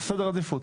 סדר עדיפות.